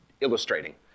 illustrating